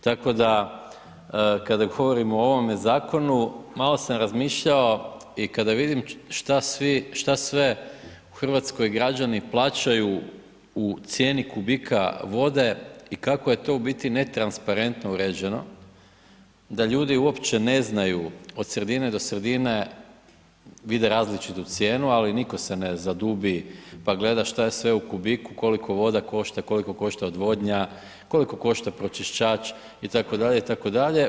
Tako da kada govorimo o ovome zakonu, malo sam razmišljao i kada vidim šta sve u Hrvatskoj građani plaćaju u cijeni kubika vode i kako je to u biti netransparentno uređeno, da ljudi uopće ne znaju od sredine do sredine vide različitu cijenu ali niko se ne zadubi šta je sve u kubiku, koliko voda košta, koliko košta odvodnja, koliko košta pročistač itd., itd.